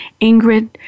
Ingrid